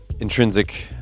intrinsic